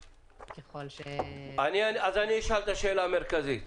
ככל ש --- אני אשאל את השאלה המרכזית.